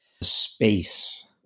space